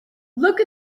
look